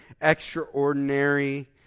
extraordinary